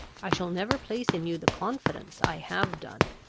i shall never place in you the confidence i have done.